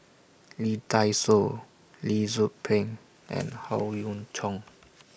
Lee Dai Soh Lee Tzu Pheng and Howe Yoon Chong